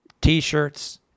T-shirts